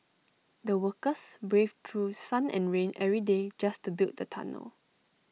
the workers braved through sun and rain every day just to build the tunnel